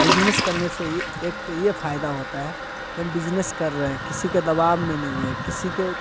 business करने से एक तो ये फायदा होता है कि हम बिजनेस कर रहे हैं किसी के दबाव में नहीं है किसी के